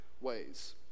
ways